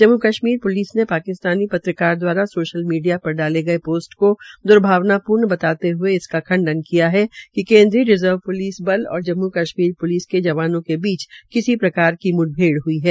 Jammu Kashmir police ने पाकिस्तानी पत्रकार दवारा सोशल मीडिया पर डाले गऐ पोस्ट को द्र्भावनापूर्ण बताते हुए इसका खंडन किया है कि केन्द्रीय रिज़र्व प्लिस बल और जम्मू कश्मीर प्लिस के जवानों के बीच किसी प्रकार की मुठभेड़ हई है